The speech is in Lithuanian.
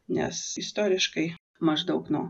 nes istoriškai maždaug nuo